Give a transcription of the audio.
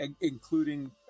including